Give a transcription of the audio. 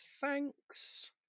thanks